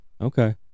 okay